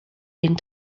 den